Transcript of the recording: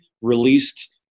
released